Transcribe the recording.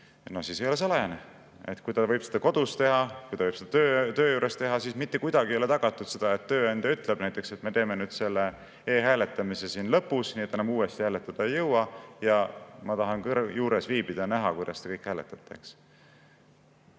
see ei ole salajane. Kui ta võib seda kodus teha, kui ta võib seda töö juures teha, siis mitte kuidagi ei ole tagatud, et tööandja ei ütle näiteks, et me teeme nüüd selle e‑hääletamise [päeva] lõpus ära, nii et te enam uuesti hääletada ei jõua, ja ma tahan juures viibida ja näha, kuidas te kõik hääletate.